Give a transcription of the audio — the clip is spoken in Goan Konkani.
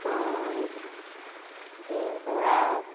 गोंय केरळा